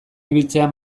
ibiltzea